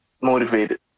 motivated